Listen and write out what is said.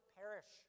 perish